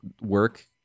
work